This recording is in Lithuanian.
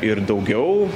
ir daugiau